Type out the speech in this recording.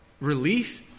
release